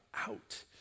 out